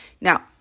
Now